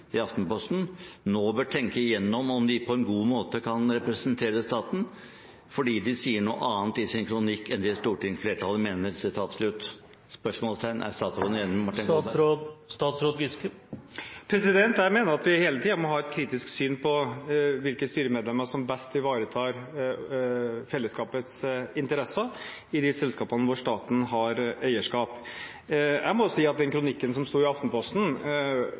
Aftenposten, nå bør tenke igjennom om de «på en god måte kan representere staten» fordi «de sier noe annet i sin kronikk enn det stortingsflertallet mener»? Er statsråden enig med Martin Kolberg? Jeg mener at vi hele tiden må ha et kritisk syn på hvilke styremedlemmer som best ivaretar fellesskapets interesser i de selskapene hvor staten har eierskap. Jeg må si at den kronikken som sto i Aftenposten,